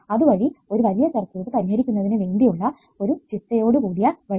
അതുവഴി ഒരു വലിയ സർക്യൂട്ട് പരിഹരിക്കുന്നതിന് വേണ്ടി ഉള്ള ഒരു ചിട്ടയോടുകൂടിയ വഴി